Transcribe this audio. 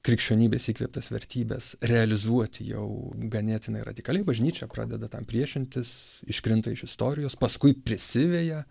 krikščionybės įkvėptas vertybes realizuoti jau ganėtinai radikaliai bažnyčia pradeda tam priešintis iškrinta iš istorijos paskui prisiveja